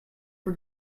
for